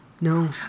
no